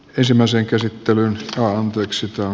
ensimmäisen käsittelyn saavan pöksyt on